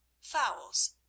fowls